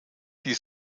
die